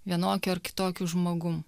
vienokiu ar kitokiu žmogum